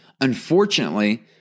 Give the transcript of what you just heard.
unfortunately